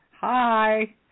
Hi